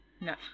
No